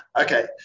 okay